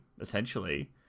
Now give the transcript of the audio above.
essentially